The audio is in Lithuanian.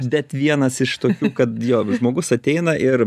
bet vienas iš tokių kad jo žmogus ateina ir